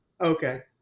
Okay